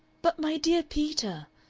but, my dear peter!